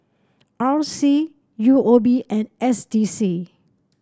R C U O B and S D C